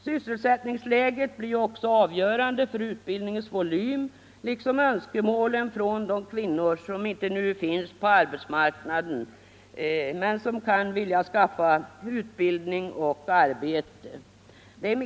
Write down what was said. Sysselsättningsläget blir ju också avgörande för utbildningens volym, liksom önskemålen från de kvinnor som inte nu finns på arbetsmarknaden men som kan vilja skaffa sig utbildhing och arbete.